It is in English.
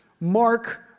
mark